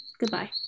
Goodbye